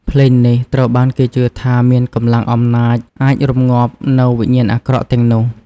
ភ្លេងនេះត្រូវបានគេជឿថាមានកម្លាំងអំណាចអាចរម្ងាប់នូវវិញ្ញាណអាក្រក់ទាំងនោះ។